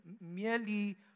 merely